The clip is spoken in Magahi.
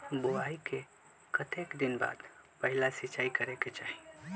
बोआई के कतेक दिन बाद पहिला सिंचाई करे के चाही?